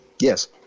Yes